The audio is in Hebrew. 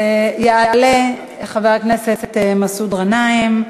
נעבור להצעה לסדר-היום מס'